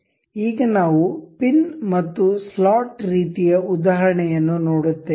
ಈಗ ನಾವು ಪಿನ್ ಮತ್ತು ಸ್ಲಾಟ್ ರೀತಿಯ ಉದಾಹರಣೆಯನ್ನು ನೋಡುತ್ತೇವೆ